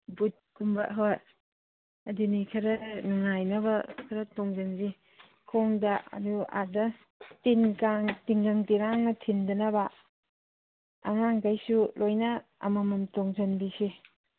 ꯕꯨꯠꯀꯨꯝꯕ ꯍꯣꯏ ꯑꯗꯨꯅꯤ ꯈꯔ ꯅꯨꯡꯉꯥꯏꯅꯕ ꯈꯔ ꯇꯣꯡꯁꯟꯁꯤ ꯈꯣꯡꯗ ꯑꯗꯨ ꯑꯥꯗ ꯇꯤꯟ ꯀꯥꯡ ꯇꯤꯡꯈꯪ ꯇꯤꯔꯥꯡꯅ ꯊꯤꯟꯗꯅꯕ ꯑꯉꯥꯡꯈꯩꯁꯨ ꯂꯣꯏꯅ ꯑꯃꯃꯝ ꯇꯣꯡꯁꯟꯕꯤꯁꯤ